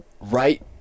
right